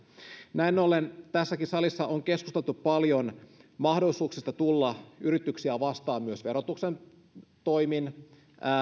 näin ollen tässäkin salissa on keskusteltu paljon mahdollisuuksista tulla yrityksiä vastaan myös verotuksen toimin